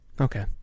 Okay